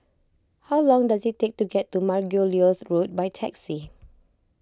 how long does it take to get to Margoliouth Road by taxi